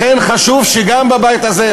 לכן חשוב שגם בבית הזה,